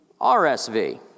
RSV